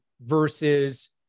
versus